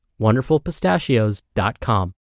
wonderfulpistachios.com